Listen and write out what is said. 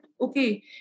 okay